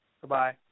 Goodbye